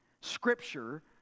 Scripture